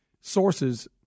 sources